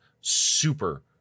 super